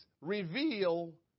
reveal